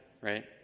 right